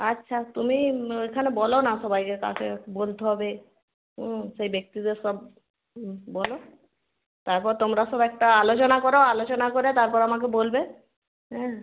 আচ্ছা তুমি ওইখানে বলো না সবাইকে কাকে বলতে হবে সেই ব্যক্তিদের সব বলো তারপর তোমারা সব একটা আলোচনা করো আলোচনা করে তারপর আমাকে বলবে হ্যাঁ